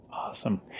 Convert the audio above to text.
Awesome